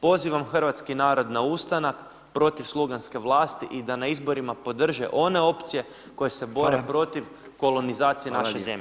Pozivam hrvatski narod na ustanak protiv sluganske vlasti i da na izborima podrže one opcije koje se bore protiv kolonizacije naše zemlje.